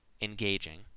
engaging